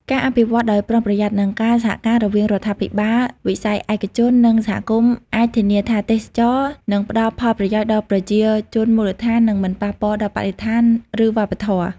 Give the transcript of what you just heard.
ការអភិវឌ្ឍដោយប្រុងប្រយ័ត្ន និងការសហការរវាងរដ្ឋាភិបាល វិស័យឯកជន និងសហគមន៍អាចធានាថាទេសចរណ៍នឹងផ្ដល់ផលប្រយោជន៍ដល់ប្រជាជនមូលដ្ឋាន និងមិនប៉ះពាល់ដល់បរិស្ថាន ឬវប្បធម៌។